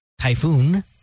typhoon